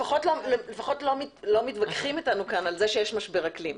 לפחות לא מתווכחים אתנו על כך שיש משבר אקלים.